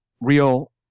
real